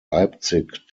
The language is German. leipzig